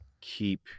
keep